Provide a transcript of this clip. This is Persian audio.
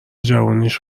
جوونیش